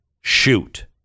shoot